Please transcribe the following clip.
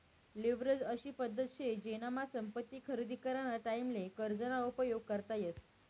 leverage अशी पद्धत शे जेनामा संपत्ती खरेदी कराना टाईमले कर्ज ना उपयोग करता येस